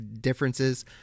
differences